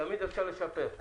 תמיד אפשר לשפר.